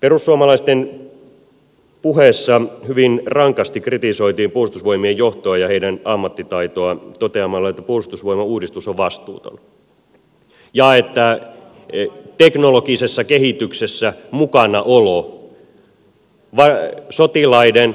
perussuomalaisten puheessa hyvin rankasti kritisoitiin puolustusvoimien johtoa ja sen ammattitaitoa toteamalla että puolustusvoimauudistus on vastuuton ja että teknologisessa kehityksessä mukanaolo sotilaiden